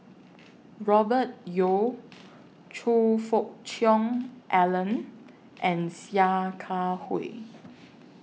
Robert Yeo Choe Fook Cheong Alan and Sia Kah Hui